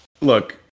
look